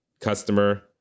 customer